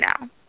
now